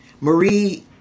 Marie